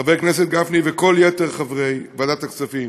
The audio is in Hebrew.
חבר הכנסת גפני, וכל יתר חברי ועדת הכספים,